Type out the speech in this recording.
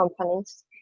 companies